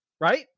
right